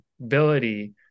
ability